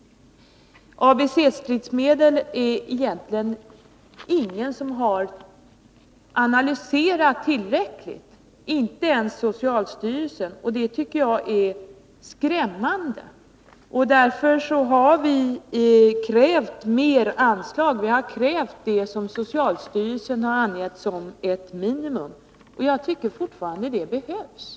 ABC-stridsmedel har egentligen ingen analyserat tillräckligt, inte ens socialstyrelsen. Det tycker jag är skrämmande. Därför har vi krävt mera anslag. Vi har krävt det som socialstyrelsen har angivit som ett minimum. Jag tycker fortfarande att de behövs.